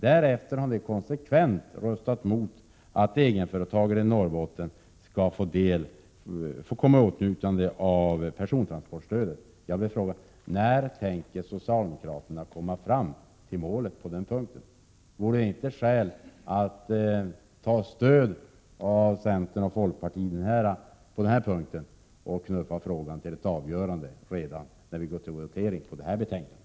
Därefter har ni konsekvent röstat mot att egenföretagare i Norrbotten skulle komma i åtnjutande av persontransportstödet. När tänker socialdemokraterna komma fram på denna punkt? Vore det inte skäl att ta stöd från centern och folkpartiet i denna fråga och knuffa frågan till ett avgörande redan när vi går till votering i detta ärende?